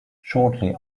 shortly